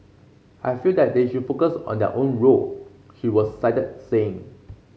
I feel that they should focus on their own role she was cited saying